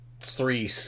three